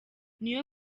niyo